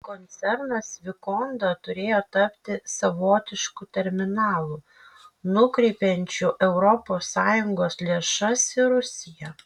koncernas vikonda turėjo tapti savotišku terminalu nukreipiančiu europos sąjungos lėšas į rusiją